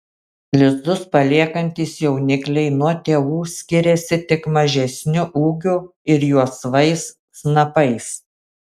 lizdus paliekantys jaunikliai nuo tėvų skiriasi tik mažesniu ūgiu ir juosvais snapais